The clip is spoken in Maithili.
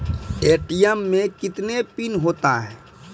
ए.टी.एम मे कितने पिन होता हैं?